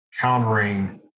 countering